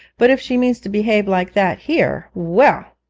but if she means to behave like that here well